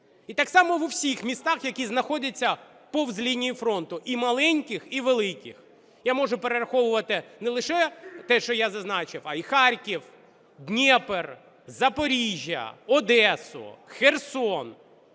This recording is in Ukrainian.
І так само в усіх містах, які знаходяться повз лінії фронту, і маленьких, і великих. Я можу перераховувати не лише те, що я зазначив, а і Харків, Дніпро, Запоріжжя, Одесу, Херсон.